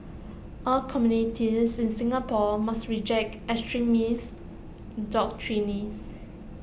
all communities in Singapore must reject extremist doctrines